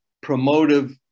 promotive